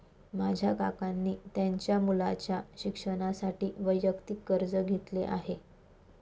माझ्या काकांनी त्यांच्या मुलाच्या शिक्षणासाठी वैयक्तिक कर्ज घेतले आहे